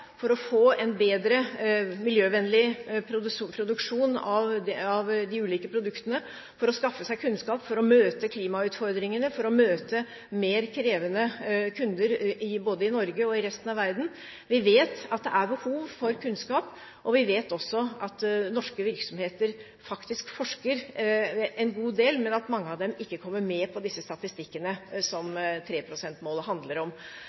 for å få en bedre miljøvennlig produksjon av de ulike produktene, skaffe seg kunnskap for å møte klimautfordringene og for å møte mer krevende kunder både i Norge og i resten av verden. Vi vet at det er behov for kunnskap, og vi vet også at norske virksomheter faktisk forsker en god del, men at mange av dem ikke kommer med på disse statistikkene som 3 pst.-målet handler om.